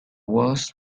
walls